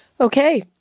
Okay